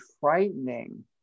frightening